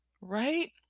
Right